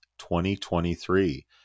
2023